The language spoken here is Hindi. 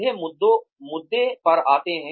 सीधे मुद्दे पर आते हैं